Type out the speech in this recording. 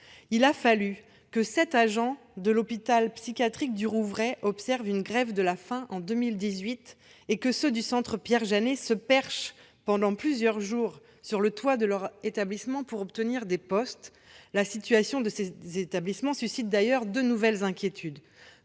Il aura fallu que sept agents de l'hôpital psychiatrique du Rouvray observent, en 2018, une grève de la faim, et que ceux du centre Pierre-Jeanet se perchent pendant plusieurs jours sur le toit de leur établissement pour que des postes soient créés- la situation de ces établissements suscite d'ailleurs de nouvelles inquiétudes.